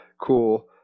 cool